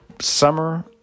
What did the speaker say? summer